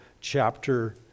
chapter